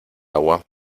agua